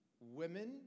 women